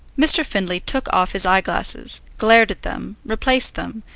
mr. findlay took off his eyeglasses, glared at them, replaced them,